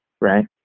Right